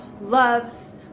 loves